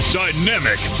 dynamic